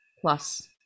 plus